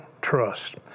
Trust